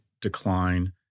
decline